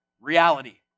reality